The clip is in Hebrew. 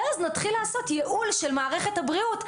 ואז נתחיל לעשות ייעול של מערכת הבריאות,